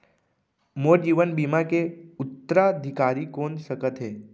मोर जीवन बीमा के उत्तराधिकारी कोन सकत हे?